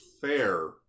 fair